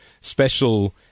special